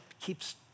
keeps